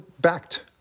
backed